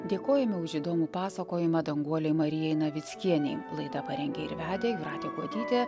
dėkojame už įdomų pasakojimą danguolei marijai navickienei laidą parengė ir vedė jūratė kuodytė